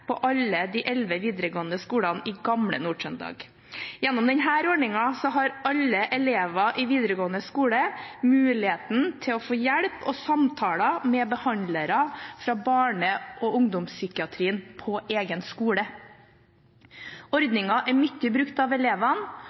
på alle de elleve videregående skolene i gamle Nord-Trøndelag. Gjennom denne ordningen har alle elever i videregående skole muligheten til å få hjelp og samtaler med behandlere fra barne- og ungdomspsykiatrien på egen skole. Ordningen er mye brukt av elevene,